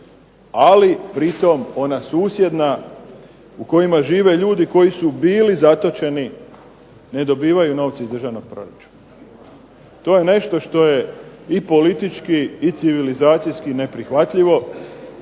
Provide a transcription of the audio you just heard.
ali pri tome ona susjedna u kojima žive ljudi koji su bili zatočeni ne dobivaju novce iz državnog proračuna. To je nešto što je i politički i civilizacijski ne prihvatljivo